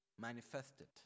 manifested